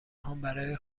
هام، برای